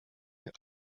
out